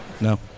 No